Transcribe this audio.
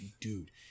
Dude